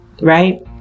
right